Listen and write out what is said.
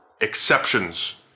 exceptions